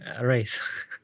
race